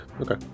okay